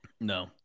No